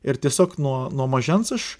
ir tiesiog nuo nuo mažens aš